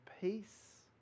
peace